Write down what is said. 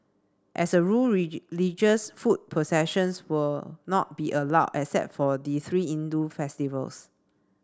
as a rule foot processions will not be allowed except for the three Hindu festivals